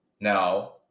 Now